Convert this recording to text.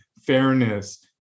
fairness